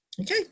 Okay